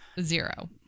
zero